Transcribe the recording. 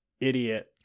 Idiot